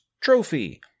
trophy